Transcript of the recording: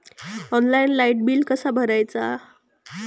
Online light bill कसा भरायचा?